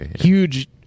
huge